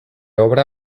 obra